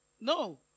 No